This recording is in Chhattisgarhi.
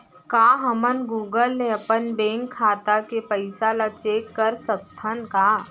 का हमन गूगल ले अपन बैंक खाता के पइसा ला चेक कर सकथन का?